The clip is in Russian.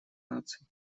наций